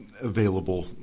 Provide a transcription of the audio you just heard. available